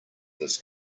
this